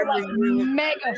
Mega